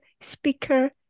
speaker